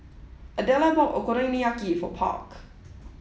Adela bought Okonomiyaki for Park